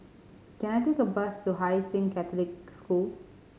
can I take a bus to Hai Sing Catholic School